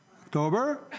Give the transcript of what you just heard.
October